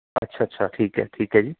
ਅੱਛਾ ਅੱਛਾ ਠੀਕ ਹੈ ਠੀਕ ਹੈ ਜੀ